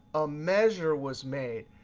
a measure was made.